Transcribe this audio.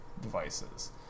devices